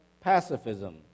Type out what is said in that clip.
pacifism